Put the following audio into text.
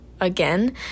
again